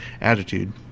attitude